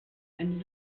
ende